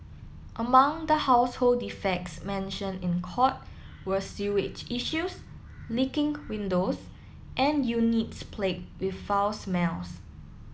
among the household defects mentioned in court were sewage issues leaking windows and units plagued with foul smells